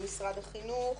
לא משרד החינוך.